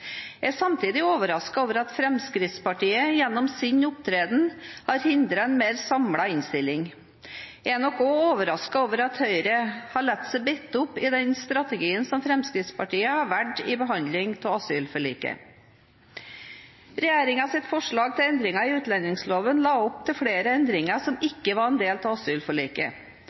Jeg er samtidig overrasket over at Fremskrittspartiet gjennom sin opptreden har hindret en mer samlet innstilling. Jeg er også overrasket over at Høyre har latt seg binde opp i den strategien som Fremskrittspartiet har valgt i behandling av asylforliket. Regjeringens forslag til endringer i utlendingsloven la opp til flere endringer som ikke var en del av asylforliket.